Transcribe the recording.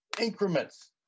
increments